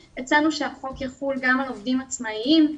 שהחוק יחול גם על עובדים עצמאיים,